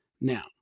Now